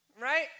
right